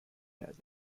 گردد